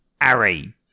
Ari